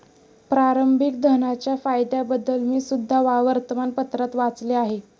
प्रारंभिक धनाच्या फायद्यांबद्दल मी सुद्धा वर्तमानपत्रात वाचले आहे